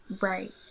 Right